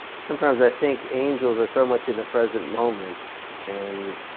sometimes i think angels are so much in the present moment and